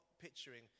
picturing